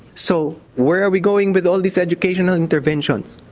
so where are we going with all this education and interventions?